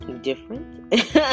different